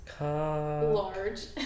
Large